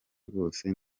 rwose